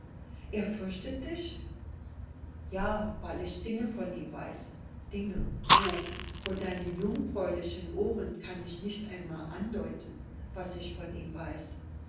er fürchtet dich ja weil ich dinge von ihm weiß dinge o vor deinen jungfräulichen ohren kann ich nicht einmal andeuten was ich von ihm weiß